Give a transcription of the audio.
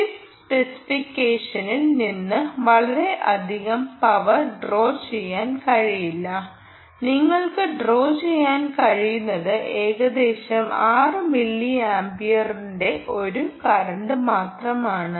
chip സ്പെസിഫിക്കേഷനിൽ നിന്ന് വളരെയധികം പവർ ഡ്രോ ചെയ്യാൻ കഴിയില്ല നിങ്ങൾക്ക് ഡ്രോ ചെയ്യാൻ കഴിയുന്നത് ഏകദേശം 6 മില്ലിയാംപിയറുകളുടെ ഒരു കറന്റ് മാത്രമാണ്